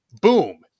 boom